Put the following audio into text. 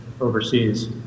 overseas